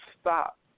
stop